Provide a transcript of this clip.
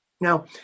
Now